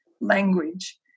language